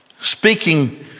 speaking